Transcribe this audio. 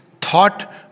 thought